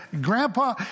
grandpa